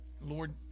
Lord